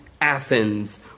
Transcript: Athens